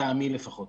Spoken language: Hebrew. לטעמי לפחות.